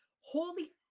Holy